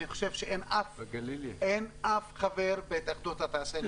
אין אף חבר בהתאחדות התעשיינים.